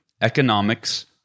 economics